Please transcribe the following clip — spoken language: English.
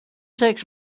sex